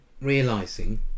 realising